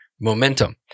momentum